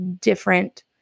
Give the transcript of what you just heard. different